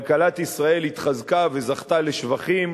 כלכלת ישראל התחזקה וזכתה לשבחים.